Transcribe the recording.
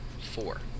four